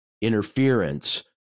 interference